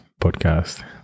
podcast